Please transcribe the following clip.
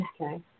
Okay